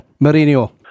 Mourinho